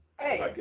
Hey